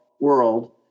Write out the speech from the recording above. world